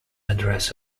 address